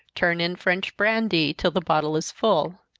turn in french brandy, till the bottle is full.